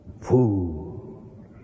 Fool